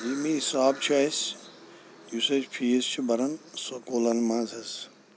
ییٚمہِ حِساب چھُ اَسہِ یُس أسۍ فیٖس چھِ بَران سکوٗلَن منٛز حظ